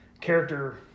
character